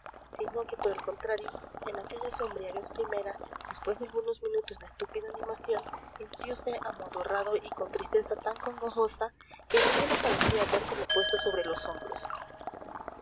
sino que por el contrario en aquella su embriaguez primera después de algunos minutos de estúpida animación sintiose amodorrado y con tristeza tan congojosa que el cielo parecía habérsele puesto sobre los hombros